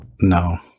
No